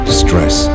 stress